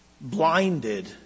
blinded